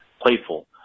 playful